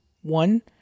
One